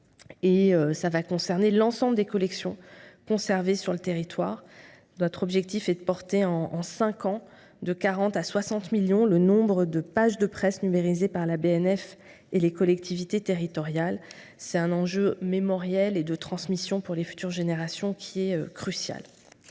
–, qui concernera l’ensemble des collections conservées sur le territoire. Notre objectif est de porter en cinq ans de 40 millions à 60 millions le nombre de pages de presse numérisées par la BNF et les collectivités territoriales. C’est un enjeu mémoriel et de transmission crucial pour les futures générations. J’en viens